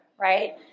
right